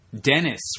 Dennis